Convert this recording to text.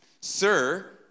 sir